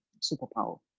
superpower